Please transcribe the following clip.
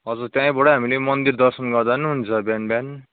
हजुर त्यहीँबाट हामीले मन्दिर दर्शन गर्दा पनि हुन्छ बिहान बिहान